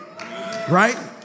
Right